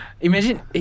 Imagine